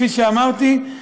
כפי שאמרתי,